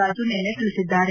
ರಾಜು ನಿನ್ನೆ ತಿಳಿಸಿದ್ದಾರೆ